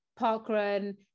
Parkrun